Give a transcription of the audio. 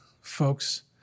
folks